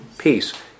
Peace